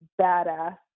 badass